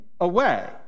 away